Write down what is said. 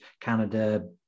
canada